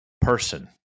person